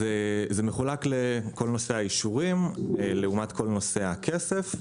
זה מחולק לכל נושא האישורים לכל נושא הכסף,